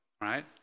right